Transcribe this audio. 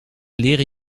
leren